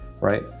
right